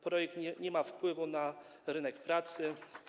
Projekt nie ma wpływu na rynek pracy.